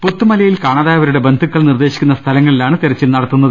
പുത്തു മലയിൽ കാണാതായവരുടെ ബന്ധുക്കൾ നിർദ്ദേശിക്കുന്ന സ്ഥലങ്ങളിലാണ് തിരച്ചിൽ നടത്തുന്നത്